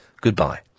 goodbye